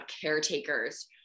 caretakers